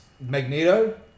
Magneto